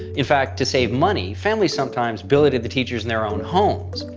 in fact, to save money, families sometimes billeted the teachers in their own homes.